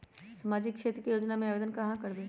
सामाजिक क्षेत्र के योजना में आवेदन कहाँ करवे?